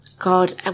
God